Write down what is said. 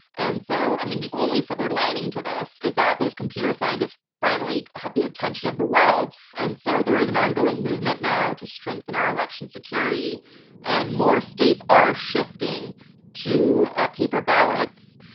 and so, i mean the only silver lining to this is that those computer scientists finally had the attention of the world and so there is an ongoing movement now to strengthen our election security and more states are shifting to ah paper ballots.